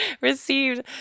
received